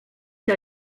der